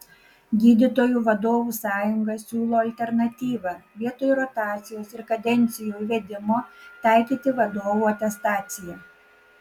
gydytojų vadovų sąjunga siūlo alternatyvą vietoj rotacijos ir kadencijų įvedimo taikyti vadovų atestaciją